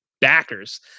backers